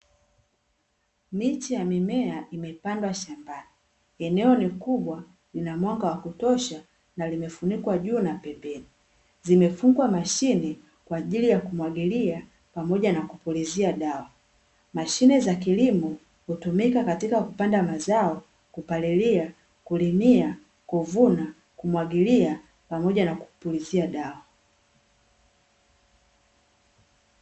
Miche ya mimea imepandwa shambani, eneo ni kubwa, linamwanga wa kutosha na limefunikwa juu na pembeni. Zimefungwa mashine kwa ajili ya kumwagilia pamoja na kupulizia dawa. Mashine za kilimo, hutumika katika kupanda mazao, kupalilia, kulimia, kuvuna, kumwagilia pamoja na kupulizia dawa.